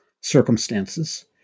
circumstances